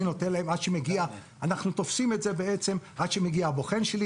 למעשה אנחנו תופסים את זה עד שהבוחן שלי